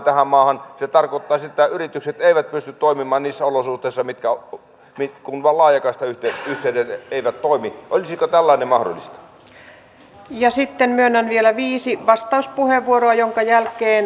onko ministerillä nyt tarkoitus palata ikään kuin aikaan menneeseen että naiset siirtyvät koteihin hoitamaan omaishoidon turvin vanhuksia ensin lapset ja sitten vanhukset vai mikä on suuntaus